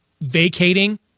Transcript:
vacating